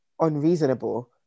unreasonable